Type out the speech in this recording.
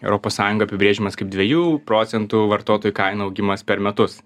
europos sąjungoj apibrėžiamas kaip dviejų procentų vartotojų kainų augimas per metus